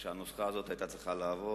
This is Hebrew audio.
שהנוסחה הזאת היתה צריכה לעבוד.